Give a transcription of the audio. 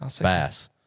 Bass